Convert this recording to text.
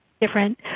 different